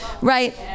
right